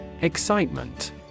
Excitement